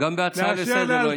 גם בהצעה לסדר-היום לא היית גומר.